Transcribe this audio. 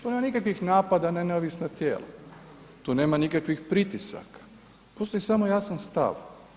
Tu nema nikakvih napada na neovisnih tijela, tu nema nikakvih pritisaka, postoji samo jasan stav.